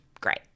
Great